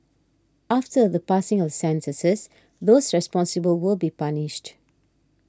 after the passing of sentences those responsible will be punished